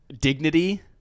dignity